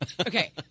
Okay